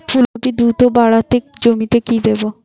ফুলকপি দ্রুত বাড়াতে জমিতে কি দেবো?